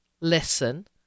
listen